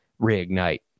reignite